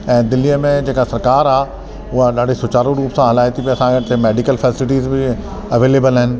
ऐं दिल्लीअ में जेका सरकार आहे हूअ ॾाढी सुचारूं रूप सां हलाइ थी पई असां हिते मैडिकल फैसिलिटीस बि अवेलेबल आहिनि